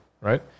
Right